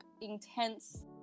intense